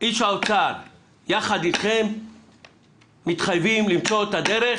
שאיש האוצר יחד איתכם מתחייבים למצוא את הדרך